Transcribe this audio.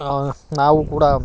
ನಾವು ಕೂಡ